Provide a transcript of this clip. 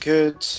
Good